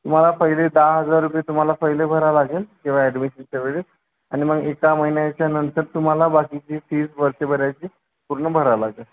तुम्हाला पहिले दहा हजार रुपये तुम्हाला पहिले भरावं लागेल जेव्हा ऍडमिशनच्या वेळेस आणि मग एका महिन्याच्या नंतर तुम्हाला बाकीची फीस वर्षभराची पूर्ण भरावं लागेल